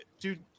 dude